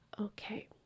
Okay